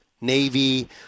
Navy